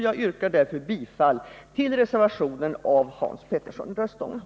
Jag yrkar därför bifall till reservationen av Hans Petersson i Röstånga.